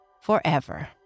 forever